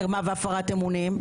מרמה והפרת אמונים,